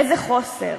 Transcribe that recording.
איזה חוסר?